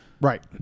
Right